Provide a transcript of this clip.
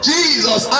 Jesus